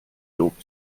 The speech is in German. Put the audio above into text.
lob